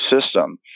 system